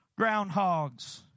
groundhogs